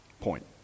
point